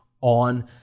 on